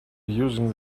using